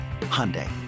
Hyundai